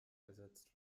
ersetzt